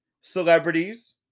celebrities